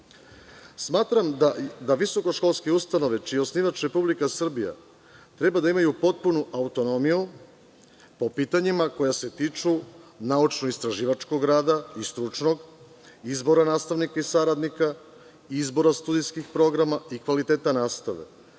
tajnu. Smatram da visokoškolske ustanove čiji je osnivač Republika Srbija treba da imaju potpunu autonomiju po pitanjima koja se tiču naučnoistraživačkog rada i stručnog izbora nastavnika i saradnika, izbora studentskih programa i kvaliteta nastave.